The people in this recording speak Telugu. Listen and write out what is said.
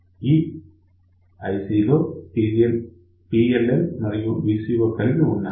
ఈ యొక్క IC లో PLL మరియు VCO కలిపి ఉన్నాయి